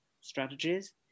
strategies